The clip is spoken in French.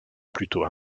plutôt